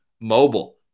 Mobile